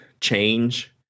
change